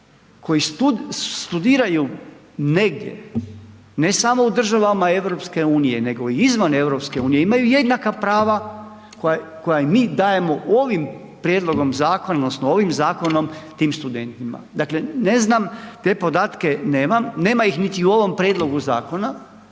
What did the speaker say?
koji studiraju negdje ne samo u državama EU nego i izvan EU imaju jednaka prava koja i mi dajemo ovim prijedlogom zakona odnosno ovim zakonom tim studentima. Dakle, ne znam te podatke nemam, nema ih niti u ovom prijedlogu zakona